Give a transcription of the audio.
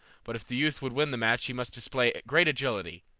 but if the youth would win the match he must display great agility.